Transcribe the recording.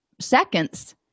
seconds